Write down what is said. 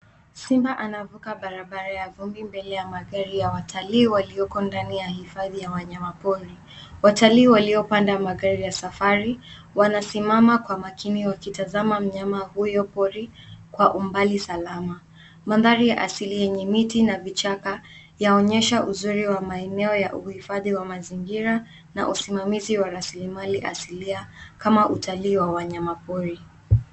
Simba anavuka barabara ya vumbi mbele ya magari ya watalii walioko ndani ya hifadhi ya wanyapori. Watalii waliopnda magari ya safari wanasimama kwa makini wakitazama mnyama huyo pori kwa umbali salama. Mandhari ya asili yenye miti na vichaka yaonyesha uzuri wa maeneo ya uhifadhi wa mazingira na usimamizi wa rasilimali asilia kama utalii wa wanyamapori.